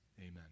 Amen